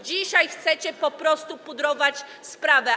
Dzisiaj chcecie po prostu pudrować sprawę.